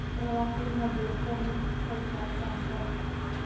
प्रवासी मजूर कमी पैशात काम करतात